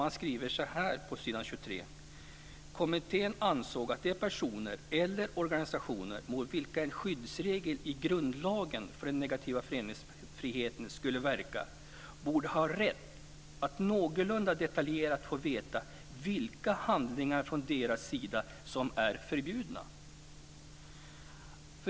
Man skriver så här på s. 23: "Kommittén ansåg att de personer eller organisationer mot vilka en skyddsregel i grundlagen för den negativa föreningsfriheten skulle verka borde ha rätt att någorlunda detaljerat få veta vilka handlingar från deras sida som är förbjudna."